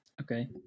Okay